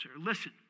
Listen